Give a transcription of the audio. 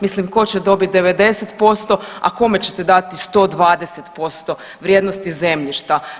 Mislim tko će dobiti 90%, a kome ćete dati 120% vrijednosti zemljišta.